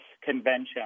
convention